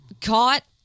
caught